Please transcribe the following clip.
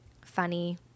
funny